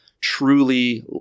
truly